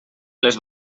les